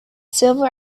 silver